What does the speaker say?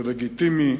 זה לגיטימי,